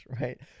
Right